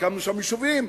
הקמנו שם יישובים.